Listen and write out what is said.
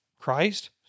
Christ